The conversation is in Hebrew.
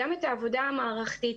גם את העבודה המערכתית,